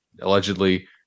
allegedly